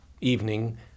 evening